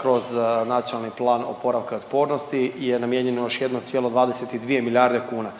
kroz Nacionalni plan oporavka i otpornosti je namijenjeno još 1,22 milijarde kuna.